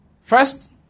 first